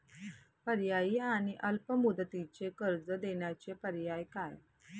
पर्यायी आणि अल्प मुदतीचे कर्ज देण्याचे पर्याय काय?